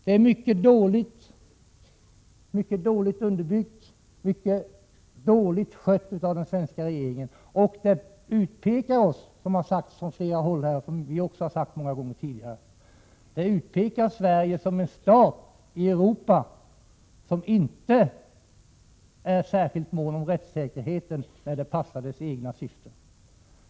Det hela är mycket dåligt underbyggt och mycket dåligt skött av den svenska regeringen. Som har sagts från flera håll och som vi också har sagt flera gånger tidigare, utpekar detta Sverige som en stat i Europa som inte är särskilt mån om rättssäkerheten när det passar dess egna syften.